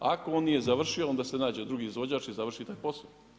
Ako on nije završio, onda se nađe drugi izvođač i završi taj posao.